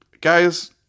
Guys